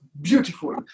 beautiful